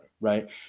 right